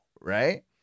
right